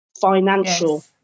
financial